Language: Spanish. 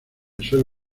suele